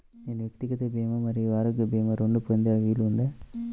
నేను వ్యక్తిగత భీమా మరియు ఆరోగ్య భీమా రెండు పొందే వీలుందా?